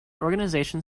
organization